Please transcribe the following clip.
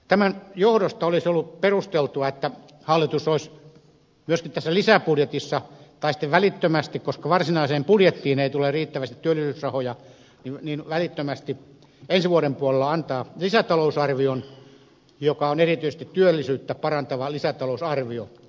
tämän johdosta olisi ollut perusteltua että hallitus olisi myöskin tässä lisäbudjetissa antanut tai sitten välittömästi koska varsinaiseen budjettiin ei tule riittävästi työllisyysrahoja ensi vuoden puolella antaa lisätalousarvion joka on erityisesti työllisyyttä parantava lisätalousarvio